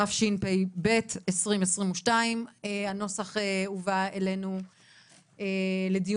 התשפ"ב 2022. הנוסח הובא אלינו לדיון